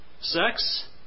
sex